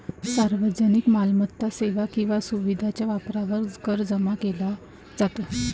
सार्वजनिक मालमत्ता, सेवा किंवा सुविधेच्या वापरावर कर जमा केला जातो